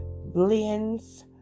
blends